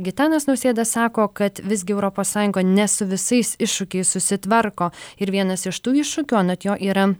gitanas nausėda sako kad visgi europos sąjunga ne su visais iššūkiais susitvarko ir vienas iš tų iššūkių anot jo yra